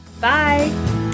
bye